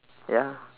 ya